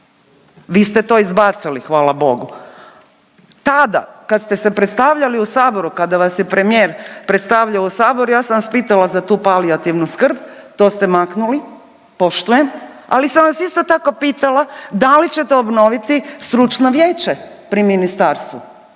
Vi ste to izbacili hvala Bogu. Tada kad ste se predstavljali u Saboru kada vas je premijer predstavljao u Saboru ja sam vas pitala za tu palijativnu skrb, to ste maknuli, poštujem, ali sam vas isto tako pitala da li ćete obnoviti stručno vijeće pri ministarstvu